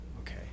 Okay